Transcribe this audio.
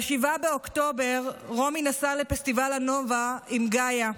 ב-7 באוקטובר רומי נסעה לפסטיבל הנובה עם גאיה,